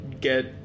get